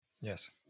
Yes